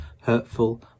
hurtful